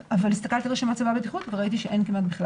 הסתכלתי ברשימת צווי הבטיחות וראיתי שאין כמעט בכלל